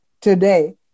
today